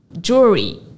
jewelry